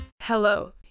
Hello